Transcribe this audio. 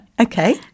Okay